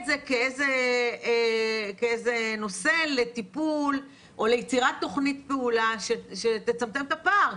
זה כנושא לטיפול או ליצירת תוכנית פעולה שתצמצם את הפער.